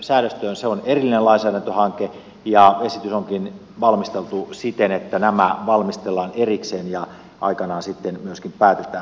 se on erillinen lainsäädäntöhanke ja esitys onkin valmisteltu siten että nämä valmistellaan erikseen ja aikanaan sitten myöskin päätetään